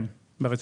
כן, ברצועה.